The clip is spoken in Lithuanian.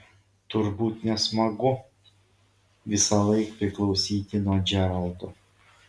turbūt nesmagu visąlaik priklausyti nuo džeraldo